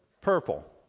Purple